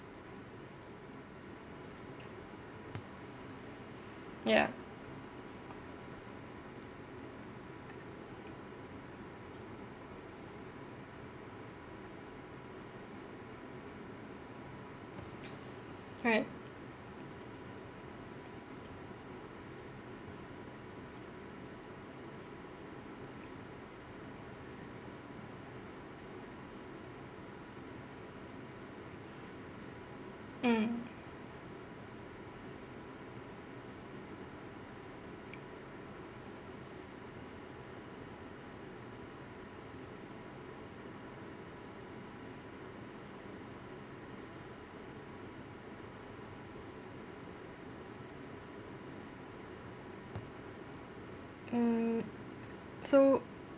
ya right mm mm so